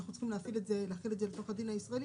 אנחנו צריכים להחיל את זה אל תוך הדין הישראלי,